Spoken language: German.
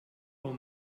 uhr